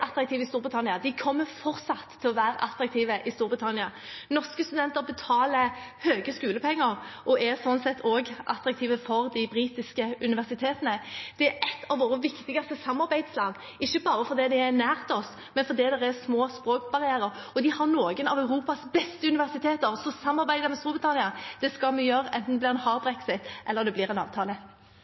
kommer fortsatt til å være attraktive i Storbritannia. Norske studenter betaler mye skolepenger og er slik sett også attraktive for de britiske universitetene. Det er et av våre viktigste samarbeidsland – ikke bare fordi det er nært oss, men fordi det er små språkbarrierer. De har noen av Europas beste universiteter. Så å samarbeide med Storbritannia skal vi gjøre – enten det blir en hard brexit eller det blir en avtale.